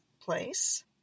place